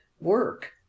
work